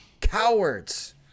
Cowards